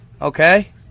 Okay